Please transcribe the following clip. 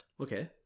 okay